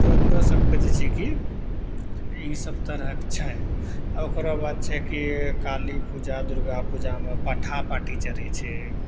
तऽ हमरो सबके जे छै की इसब तरहके छै ओकरा बाद छै की काली पूजा दुर्गा पूजामे पठा पाठी चढ़ै छै